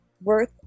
worth